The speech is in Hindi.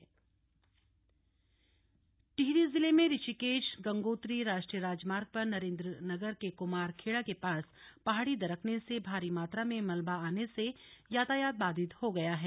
मलबा टिहरी टिहरी जिले में ऋषिकेश गंगोत्री राष्ट्रीय राजमार्ग पर नरेंद्रनगर के कुमार खेड़ा के पास पहाड़ी दरकने से भारी मात्रा में मलबा आने से यातायात बाधित हो गया है